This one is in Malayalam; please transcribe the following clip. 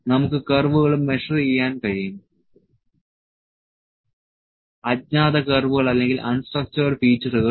നമുക്ക് കർവുകളും മെഷർ ചെയ്യാൻ കഴിയും അജ്ഞാത കർവുകൾ അല്ലെങ്കിൽ അൺസ്ട്രക്ചേഡ് ഫീച്ചറുകൾ